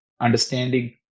understanding